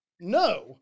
no